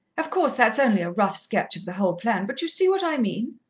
of course, that's only a rough sketch of the whole plan, but you see what i mean?